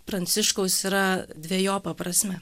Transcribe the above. pranciškaus yra dvejopa prasme